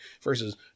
versus